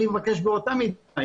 אני מבקש באותה מידה,